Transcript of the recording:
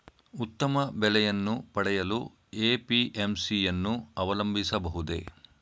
ಉತ್ತಮ ಬೆಲೆಯನ್ನು ಪಡೆಯಲು ಎ.ಪಿ.ಎಂ.ಸಿ ಯನ್ನು ಅವಲಂಬಿಸಬಹುದೇ?